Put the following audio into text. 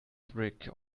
brick